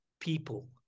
people